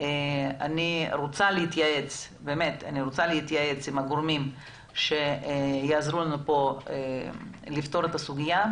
אני רוצה להתייעץ עם הגורמים שיעזרו לנו לפתור את הסוגיה.